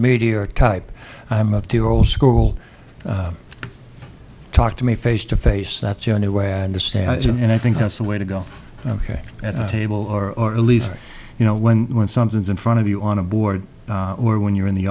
media type i'm up to old school talk to me face to face that's the only way i understand it and i think that's the way to go ok at a table or at least you know when when something's in front of you on a board or when you're in the